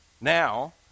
Now